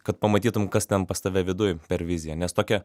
kad pamatytum kas ten pas tave viduj per vizija nes tokia